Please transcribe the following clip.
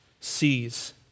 sees